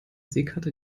seekarte